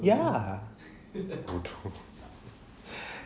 ya bodoh